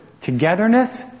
togetherness